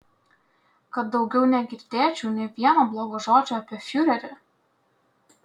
kad daugiau negirdėčiau nė vieno blogo žodžio apie fiurerį